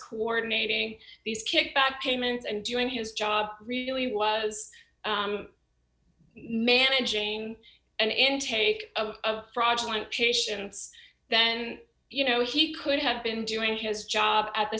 coordinating these kickback payments and doing his job really was managing an intake of fraudulent patients then you know he could have been doing his job at the